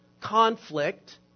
conflict